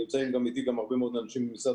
נמצאים גם איתי גם הרבה מאוד אנשים ממשרד